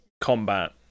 combat